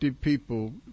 people